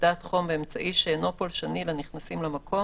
מדידת חום באמצעי שאינו פולשני לנכנסים למקום,